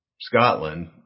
Scotland